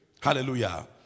Hallelujah